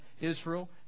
Israel